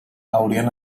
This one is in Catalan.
haurien